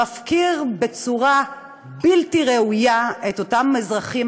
ומפקיר בצורה בלתי ראויה את אותם אזרחים,